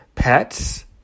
Pets